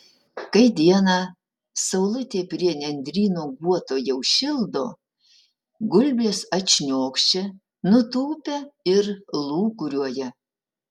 kai dieną saulutė prie nendryno guoto jau šildo gulbės atšniokščia nutūpia ir lūkuriuoja